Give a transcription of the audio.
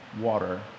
water